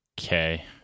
Okay